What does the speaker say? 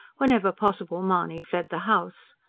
whenever possible, mahony fled the house.